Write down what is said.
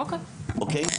אוקיי.